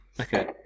Okay